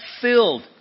filled